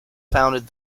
founded